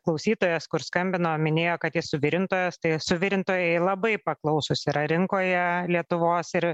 klausytojas kur skambino minėjo kad jis suvirintojas tai suvirintojai labai paklausūs yra rinkoje lietuvos ir